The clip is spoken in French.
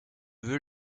veux